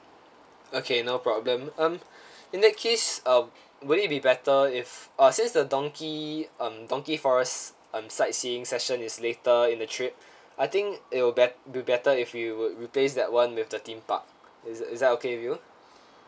okay no problem um in that case uh will it be better if uh since the donkey um donkey forest um sightseeing session is later in the trip I think it will bet~ be better if you would replace that [one] with the theme park is is that okay with you